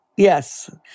Yes